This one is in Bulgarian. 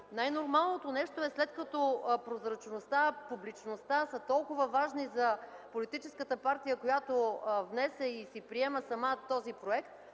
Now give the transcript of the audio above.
Най-нормалното нещо е, след като прозрачността, публичността са толкова важни за политическата партия, която внесе и си приема сама този проект,